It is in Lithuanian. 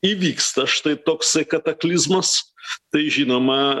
įvyksta štai toksai kataklizmas tai žinoma